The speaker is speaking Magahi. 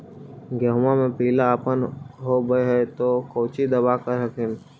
गोहुमा मे पिला अपन होबै ह तो कौची दबा कर हखिन?